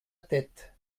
tête